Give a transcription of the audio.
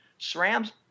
SRAM's